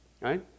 right